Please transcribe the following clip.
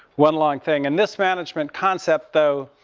one long thing. and this management concept though,